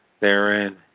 therein